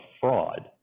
fraud